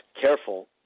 Careful